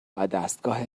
ودستگاه